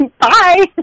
Bye